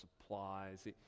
supplies